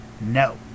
No